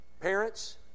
Parents